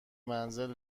منزل